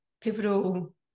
pivotal